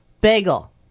bagel